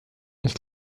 ich